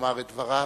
לומר את דבריו.